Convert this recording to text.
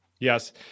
Yes